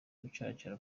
gucaracara